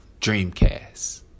Dreamcast